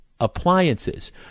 appliances